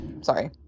sorry